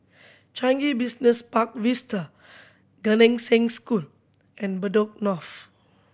Changi Business Park Vista Gan Eng Seng School and Bedok North